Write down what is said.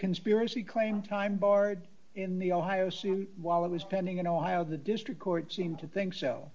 conspiracy claim time barred in the ohio suit while i was pending in ohio the district court seemed to think so